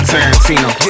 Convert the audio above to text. Tarantino